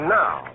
now